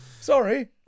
Sorry